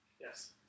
Yes